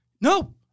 No